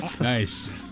Nice